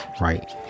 right